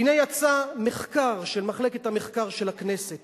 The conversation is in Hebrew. הנה יצא מחקר של מחלקת המחקר של הכנסת